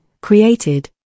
created